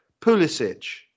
pulisic